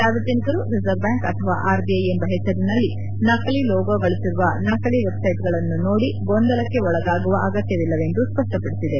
ಸಾರ್ವಜನಿಕರು reserve bank ಅಥವಾ RBI ಎಂಬ ಹೆಸರಿನಲ್ಲಿ ನಕಲಿ ಲೋಗೋಗಳಿರುವ ನಕಲಿ ವೆಬ್ಸೈಟ್ಗಳನ್ನು ನೋಡಿ ಗೊಂದಲಕ್ಕೆ ಒಳಗಾಗುವ ಅಗತ್ಯವಿಲ್ಲವೆಂದು ಸ್ವಷ್ನ ಪಡಿಸಿದೆ